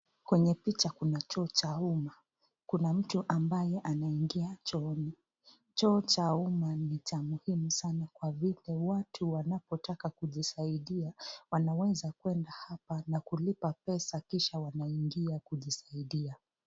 Kwenye picha kuna choo cha umma kuna mtu ambaye anaingia chooni. Choo cha umma ni cha umuhimu sana kwa vile watu wanapotaka kujisiadia wanaweza kwenda hapa na kulipa pesa kisha wanaingia kujisaidia.